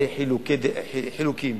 עושה חילוקים,